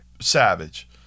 Savage